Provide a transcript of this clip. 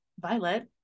violet